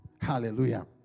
Hallelujah